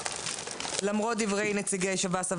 למרות דברי נציגי שב"ס,